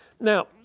Now